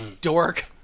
dork